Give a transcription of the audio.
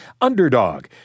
Underdog